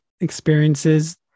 experiences